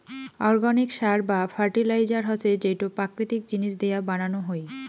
organic সার বা fertiliser হসে যেইটো প্রাকৃতিক জিনিস দিয়া বানানো হই